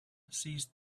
seized